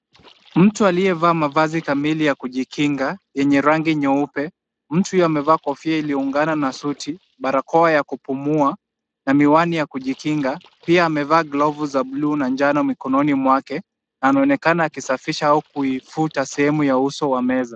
Mtu aliyevaa mavazi kamili ya kujikinga, yenye rangi nyeupe, mtu huyo amevaa kofia iliyoungana na suti, barakoa ya kupumua na miwani ya kujikinga pia amevaa glovu za buluu na njano mikononi mwake, anaonekana akisafisha au kuifuta sehemu ya uso wa meza.